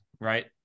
right